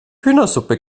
hühnersuppe